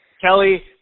Kelly